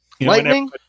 Lightning